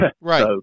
Right